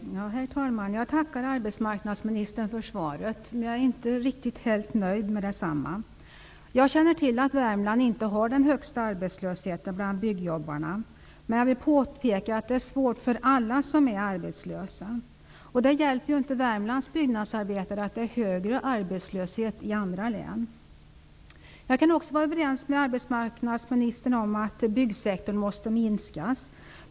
Herr talman! Jag tackar arbetsmarknadsministern för svaret. Jag är inte helt nöjd med det. Jag känner till att Värmland inte har den högsta arbetslösheten bland byggjobbarna. Jag vill påpeka att det är svårt för alla som är arbetslösa. Det hjälper inte Värmlands byggnadsarbetare att det är högre arbetslöshet i andra län. Jag kan också vara överens med arbetsmarknadsministern om att byggsektorn måste minskas.